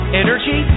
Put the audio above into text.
energy